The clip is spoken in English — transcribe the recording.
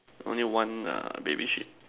only one err baby sheep